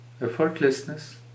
effortlessness